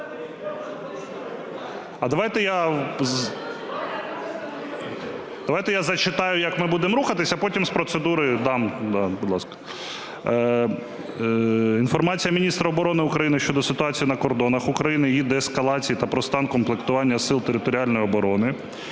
Давайте я зачитаю, як ми будемо рухатися, а потім з процедури дам. Да, будь ласка. Інформація міністра оборони України щодо ситуації на кордонах України, її деескалації та про стан комплектування Сил територіальної оборони.